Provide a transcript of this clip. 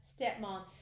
stepmom